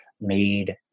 made